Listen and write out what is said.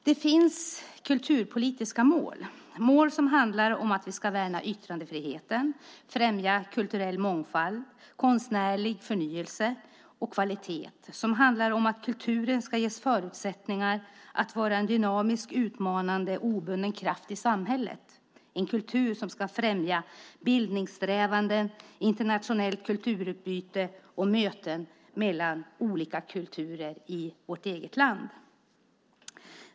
Det finns kulturpolitiska mål, mål som handlar om att vi ska värna yttrandefriheten, främja kulturell mångfald, konstnärlig förnyelse och kvalitet, som handlar om att kulturen ska ges förutsättningar att vara en dynamisk, utmanande och obunden kraft i samhället, en kultur som ska främja bildningssträvanden, internationellt kulturutbyte och möten mellan olika kulturer i vårt eget land.